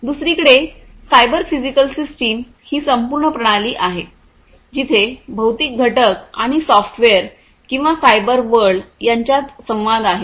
दुसरीकडे cyber physical system ही संपूर्ण प्रणाली आहेत जिथे भौतिक घटक आणि सॉफ्टवेअर किंवा सायबर वर्ल्ड यांच्यात संवाद आहे